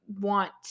want